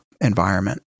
environment